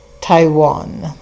Taiwan